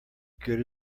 good